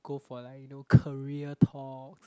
go for like you know career talk